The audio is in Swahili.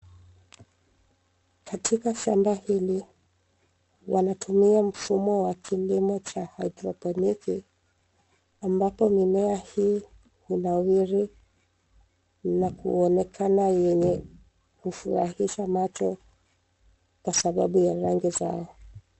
Katika shamba hili, wanatumia mfumo wa kilimo cha haidroponiki ambapo mimea hii hunawiri na kuonekana yenye kufurahisha macho kwa sababu ya rangi zao.